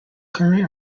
current